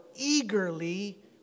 eagerly